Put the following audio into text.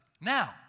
Now